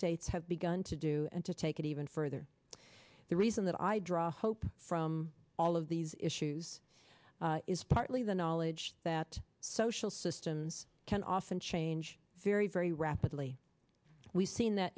states have begun to do and to take it even further the reason that i draw hope from all of these issues is partly the knowledge that social systems can often change very very rapidly we've seen that